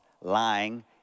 lying